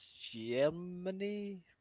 Germany